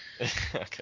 Okay